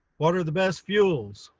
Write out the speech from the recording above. what are the best fuels?